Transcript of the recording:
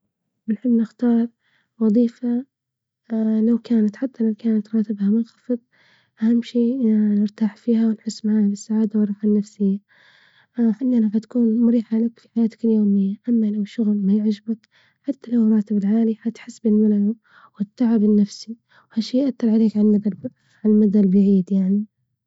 بنحب نختار وظيفة لو كانت حتى لو كانت راتبها منخفض أهم شي نرتاح فيها ونحس معاها بالسعادة والراحة النفسية، راح تكون مريحة لك في حياتك اليومية ، أما لو الشغل ما يعجبك، حتى لو راتب العالي هتحس بالملل والتعب النفسي وأشياء تترتب عليك علي المدي البعيد يعني.